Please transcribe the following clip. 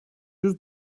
yüz